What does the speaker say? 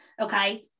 Okay